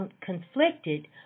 conflicted